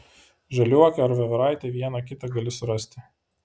žaliuokę ar voveraitę vieną kitą gali surasti